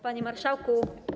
Panie Marszałku!